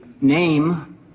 name